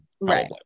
Right